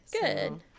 good